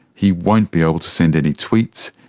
he won't be able to send any tweets.